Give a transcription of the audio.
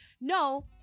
no